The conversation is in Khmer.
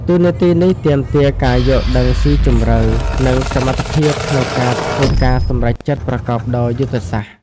តួនាទីនេះទាមទារការយល់ដឹងស៊ីជម្រៅ និងសមត្ថភាពក្នុងការធ្វើការសម្រេចចិត្តប្រកបដោយយុទ្ធសាស្ត្រ។